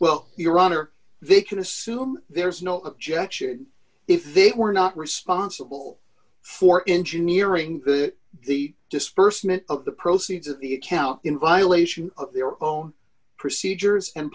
honor they can assume there's no objection if they were not responsible for engineering the disbursement of the proceeds of the account in violation of their own procedures and